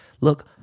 Look